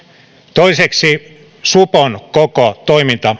toiseksi supon koko toiminta